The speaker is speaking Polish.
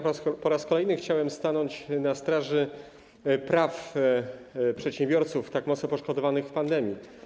Po raz kolejny chciałem stanąć na straży praw przedsiębiorców tak mocno poszkodowanych w pandemii.